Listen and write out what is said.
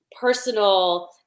personal